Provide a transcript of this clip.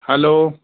hello